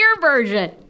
version